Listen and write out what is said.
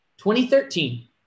2013